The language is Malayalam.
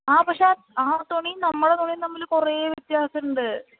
ആ പക്ഷെ ആ തുണിയും നമ്മുടെ തുണിയും തമ്മിൽ കുറേ വ്യത്യാസമുണ്ട്